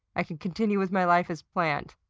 i can continue with my life as planned.